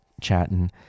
chatting